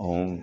ऐं